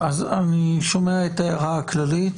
אני שומע את ההערה הכללית,